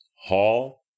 hall